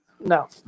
no